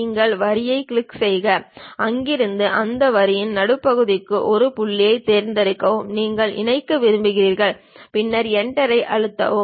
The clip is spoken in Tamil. நீங்கள் வரியைக் கிளிக் செய்க அங்கிருந்து அந்த வரியின் நடுப்பகுதிக்கு ஒரு புள்ளியைத் தேர்ந்தெடுங்கள் நீங்கள் இணைக்க விரும்புகிறீர்கள் பின்னர் Enter ஐ அழுத்தவும்